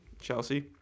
Chelsea